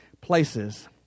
places